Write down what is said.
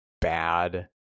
bad